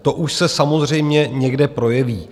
To už se samozřejmě někde projeví.